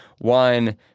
One